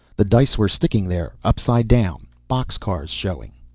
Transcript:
the dice were sticking there, upside down, box cars showing.